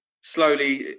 slowly